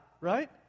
right